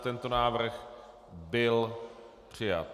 Tento návrh byl přijat.